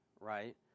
right